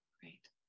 great